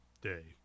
Day